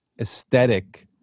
aesthetic